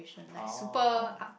oh